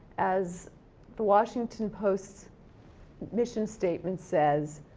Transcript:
as the washington post's mission statement says,